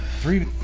Three